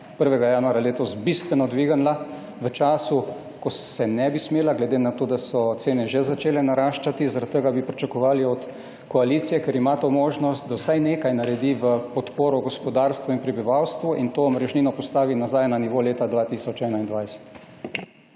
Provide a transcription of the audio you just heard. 1. januarja letos bistveno dvignila v času, ko se ne bi smela, glede na to da so cene že začele naraščati. Zaradi tega bi pričakovali od koalicije, ker ima to možnost, da vsaj nekaj naredi v podporo gospodarstvu in prebivalstvu in to omrežnino postavi nazaj na nivo leta 2021.